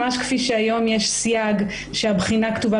ממש כפי שהיום יש סייג שהבחינה כתובה